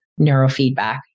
neurofeedback